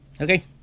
Okay